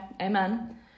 amen